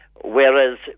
whereas